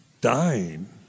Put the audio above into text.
dying